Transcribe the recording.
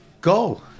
go